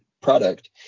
product